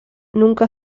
nunca